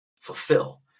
fulfill